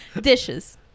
Dishes